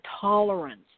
tolerance